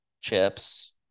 chips